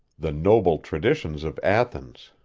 the noble traditions of athens.